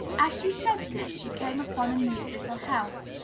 as she said this, she came upon a neat little house,